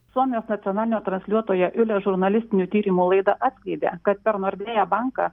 suomijos nacionalinio transliuotoja iule žurnalistinių tyrimų laida atskleidė kad per nordėja banką